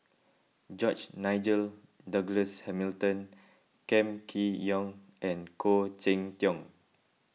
George Nigel Douglas Hamilton Kam Kee Yong and Khoo Cheng Tiong